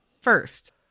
First